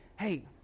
Hey